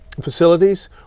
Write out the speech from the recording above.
Facilities